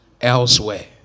elsewhere